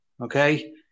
okay